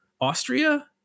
Austria